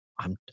I'm